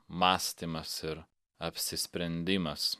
mąstymas ir apsisprendimas